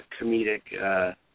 comedic